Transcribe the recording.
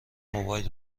موبایل